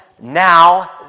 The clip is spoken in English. now